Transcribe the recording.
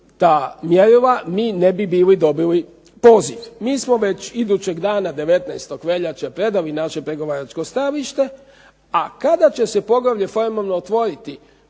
ta mjerila mi ne bi bili dobili poziv. Mi smo već idućeg dana 19. veljače predali naše pregovaračko stajalište, a kada će se poglavlje formalno otvoriti